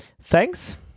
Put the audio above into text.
thanks